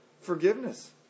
Forgiveness